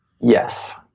yes